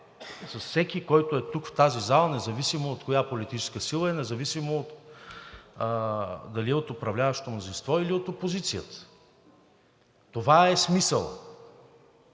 с всеки, който е тук, в тази зала, независимо от коя политическа сила е, независимо дали е от управляващото мнозинство, или опозицията. Това е смисълът